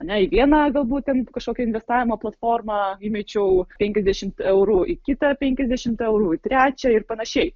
ar ne į vieną galbūt ten kažkokią investavimo platformą įmečiau penkiasdešimt eurų į kitą penkiasdešimt eurų į trečią ir panašiai